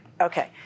Okay